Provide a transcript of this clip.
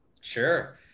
Sure